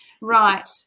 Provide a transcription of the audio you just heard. Right